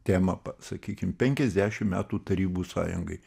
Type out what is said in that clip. temą sakykim penkiasdešim metų tarybų sąjungai